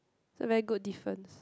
it's a very good difference